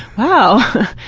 wow!